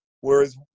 Whereas